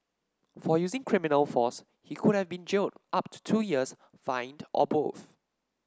for using criminal force he could have been jailed up to two years fined or both